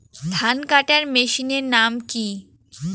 ধান কাটার মেশিনের নাম কি?